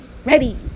Ready